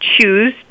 choose